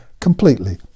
completely